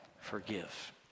Forgive